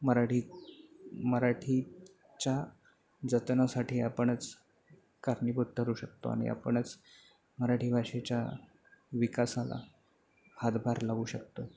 मराठी मराठी च्या जतनासाठी आपणच कारणीभूत ठरू शकतो आणि आपणच मराठी भाषेच्या विकासाला हातभार लावू शकतो